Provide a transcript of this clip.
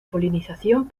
polinización